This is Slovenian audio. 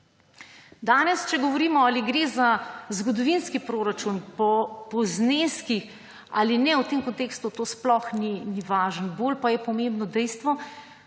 Danes, če govorimo, ali gre za zgodovinski proračun po zneskih ali ne, v tem kontekstu to sploh ni važno, bolj pa je pomembno dejstvo,